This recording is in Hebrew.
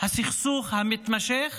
הסכסוך המתמשך